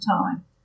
time